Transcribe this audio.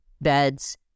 beds